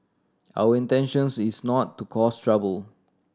our intentions is not to cause trouble